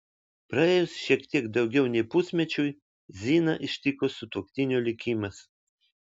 praėjus šiek tiek daugiau nei pusmečiui ziną ištiko sutuoktinio likimas